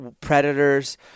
predators